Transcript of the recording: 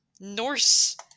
Norse